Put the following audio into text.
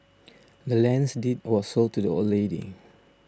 the land's deed was sold to the old lady